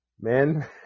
men